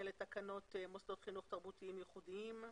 לתקנות מוסדות תרבותיים ייחודיים.